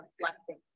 reflecting